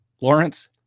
Lawrence